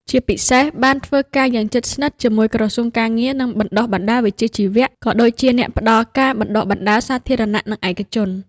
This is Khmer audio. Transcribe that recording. ជាពិសេស បានធ្វើការយ៉ាងជិតស្និទ្ធជាមួយក្រសួងការងារ និងបណ្តុះបណ្តាលវិជ្ជាជីវៈ ក៏ដូចជាអ្នកផ្តល់ការបណ្តុះបណ្តាលសាធារណៈ និងឯកជន។